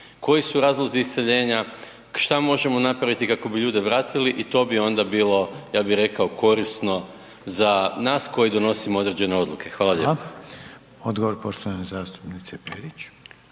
koji su razlozi iseljenja, šta možemo napraviti kako bi ljude vratili i to bi onda bilo, ja bih rekao, korisno za nas koji donosimo određene odluke. Hvala lijepa. **Reiner,